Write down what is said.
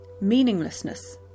meaninglessness